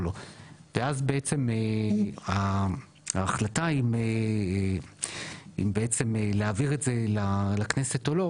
ואז בעצם ההחלטה אם להעביר את זה לכנסת או לא,